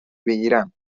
بگیرم